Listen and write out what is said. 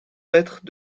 mètres